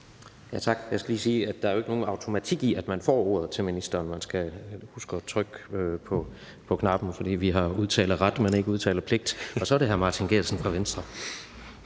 Tak. Jeg skal lige sige, at der jo ikke er nogen automatik i, at man får ordet til at komme med en kort bemærkning til ministeren. Man skal huske at trykke på knappen, for vi har udtaleret, men ikke udtalepligt. Så er det hr. Martin Geertsen fra Venstre.